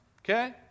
okay